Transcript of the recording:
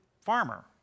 farmer